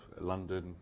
London